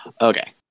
Okay